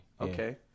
okay